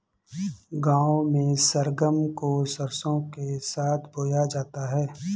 गांव में सरगम को सरसों के साथ बोया जाता है